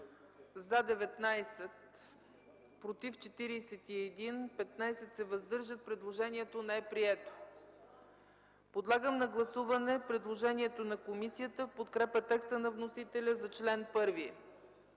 за 19, против 41, въздържали се 15. Предложението не е прието. Подлагам на гласуване предложението на комисията в подкрепа текста на вносителя за чл. 1.